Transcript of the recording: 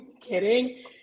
kidding